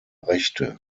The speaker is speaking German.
rechte